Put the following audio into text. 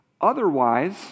Otherwise